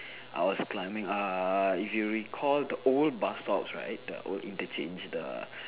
I was climbing uh if you recall the old bus stops right the old interchange the